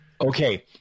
Okay